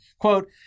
Quote